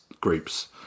groups